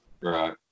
Right